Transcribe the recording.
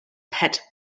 pet